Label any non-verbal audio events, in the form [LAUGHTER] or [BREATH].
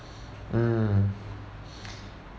mm [BREATH]